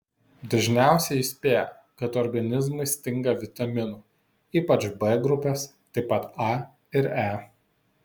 dažniausiai įspėja kad organizmui stinga vitaminų ypač b grupės taip pat a ir e